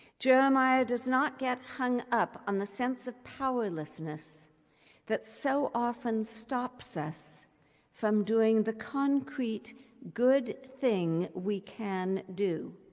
jeremiah does not get hung up on the sense of powerlessness that so often stops us from doing the concrete good thing we can do,